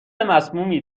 مسمومی